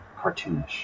cartoonish